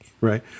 right